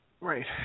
Right